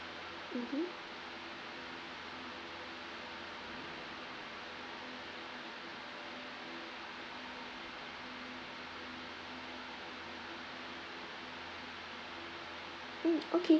mmhmm mm okay